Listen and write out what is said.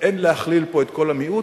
אין להכליל פה את כל המיעוט,